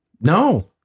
No